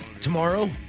Tomorrow